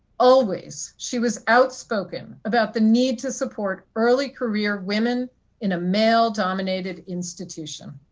always she was outspoken about the need to support early career women in a male-dominated institution.